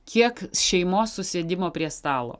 kiek šeimos susėdimo prie stalo